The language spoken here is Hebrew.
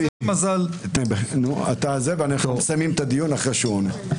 נשמע את חבר הכנסת המציע ואנחנו מסיימים את הדיון אחרי שהוא עונה.